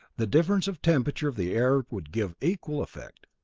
the difference of temperature of the air would give equal effect.